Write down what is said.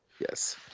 yes